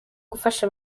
gufasha